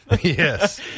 Yes